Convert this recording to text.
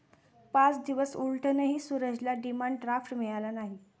पाच दिवस उलटूनही सूरजला डिमांड ड्राफ्ट मिळाला नाही